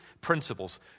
principles